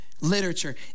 literature